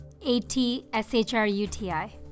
A-T-S-H-R-U-T-I